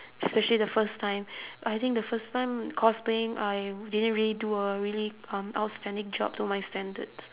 especially the first time I think the first time cosplaying I didn't really do a really um outstanding job to my standards